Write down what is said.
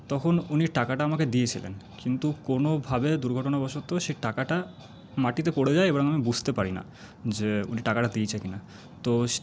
তখন উনি টাকাটা আমাকে দিয়েছিলেন কিন্তু কোনোভাবে দুর্ঘটনাবশত সেই টাকাটা মাটিতে পড়ে যায় এবার আমি বুঝতে পারি না যে উনি টাকাটা দিয়েছে কি না তো